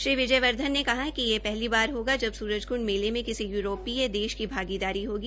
श्री विजय वर्धन ने कहा कि कि यह पहली बार होगा जब स्रजकंड मेले में किसी यूरोपीय देश की भागीदारी होगी